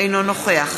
אינו נוכח